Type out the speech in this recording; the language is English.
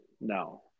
No